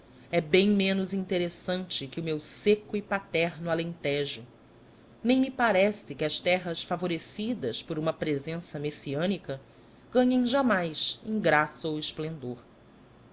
e bem menos interessante que o meu seco e paterno alentejo nem me parece que as terras favorecidas por uma presença messiânica ganhem jamais em graça ou esplendor